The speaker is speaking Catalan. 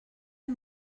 hem